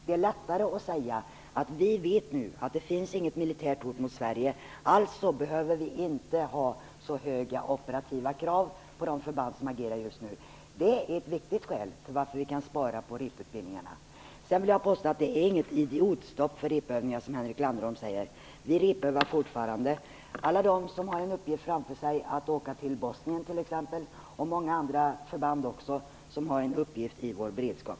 Det är lättare att säga att vi vet att det inte finns något militärt hot mot Sverige, alltså behöver vi inte ha så höga operativa krav på de förband som agerar just nu. Det är ett viktigt skäl till att vi kan spara på reputbildningarna. Sedan vill jag påstå att det inte är ett idiotstopp för repövningarna, som Henrik Landerholm säger. Vi har fortfarande repövningar för alla dem som har en uppgift framför sig, t.ex. att åka till Bosnien, och andra förband som har en uppgift i vår beredskap.